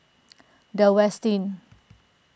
the Westin